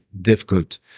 difficult